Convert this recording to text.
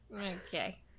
okay